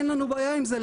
אין לנו בעיה עם זה.